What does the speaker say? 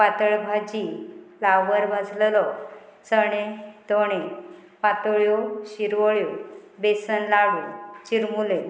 पातळ भाजी फ्लावर भाजलेलो चणे तोणें पातोळ्यो शिरवळ्यो बेसन लाडू चिरमुले